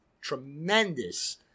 tremendous